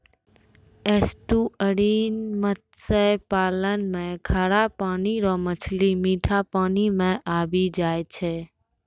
estuarine मत्स्य पालन मे खारा पानी रो मछली मीठा पानी मे आबी जाय छै